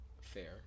Fair